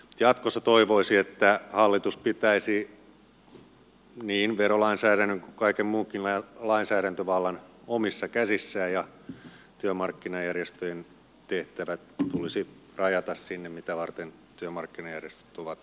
jatkossa toivoisi että hallitus pitäisi niin verolainsäädännön kuin kaiken muunkin lainsäädäntövallan omissa käsissään ja työmarkkinajärjestöjen tehtävät tulisi rajata sinne mitä varten työmarkkinajärjestöt ovat olemassa